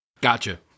gotcha